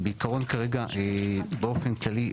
בעיקרון כרגע באופן כללי,